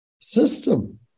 system